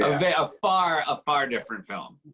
ah a ah far ah far different film.